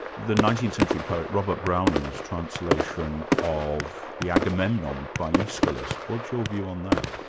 the nineteenth century poet, robert browning's translation of the agamemnon, by aeschylus. what's your view on that?